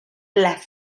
las